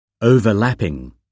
Overlapping